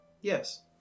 Yes